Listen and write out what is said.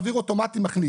מעביר אוטומטית ומכניס.